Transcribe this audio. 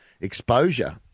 exposure